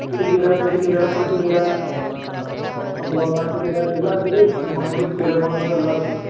சிறுகீரை பெருகீரை புளிச்சங்கீரை அப்புறம் தண்டு கீரை எல்லா கீரையும் இருக்குங்கம்மா முருங்கீரை முதக்கொண்டு எல்லாம் இருக்கு